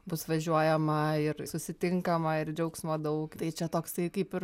bus važiuojama ir susitinkama ir džiaugsmo daug tai čia toksai kaip ir